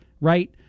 right